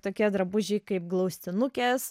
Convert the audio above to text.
tokie drabužiai kaip glaustinukės